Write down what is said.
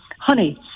honey